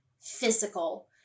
physical